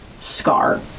scar